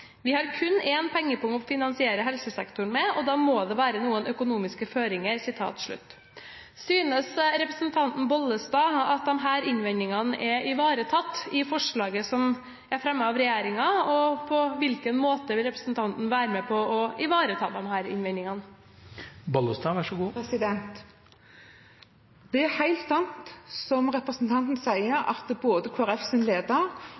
Vi har kun én pengepung å finansiere helsesektoren med, og da må det være noen økonomiske føringer.» Synes representanten Bollestad at disse innvendingene er ivaretatt i forslaget som er fremmet av regjeringen? Og på hvilken måte vil representanten være med på å ivareta disse innvendingene? Det er helt sant som representanten sier, at både Kristelig Folkepartis leder